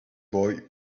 boy